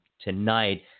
tonight